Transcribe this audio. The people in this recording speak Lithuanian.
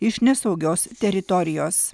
iš nesaugios teritorijos